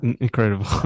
incredible